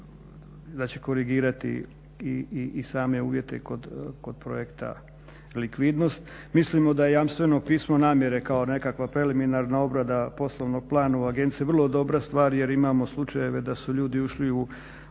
znači korigirati i same uvjete kod projekta likvidnost. Mislimo da je jamstveno pismo namjere kao nekakva preliminarna obrada poslovnog plana u Agenciji vrlo dobra stvar jer imamo slučajeve da su ljudi ušli u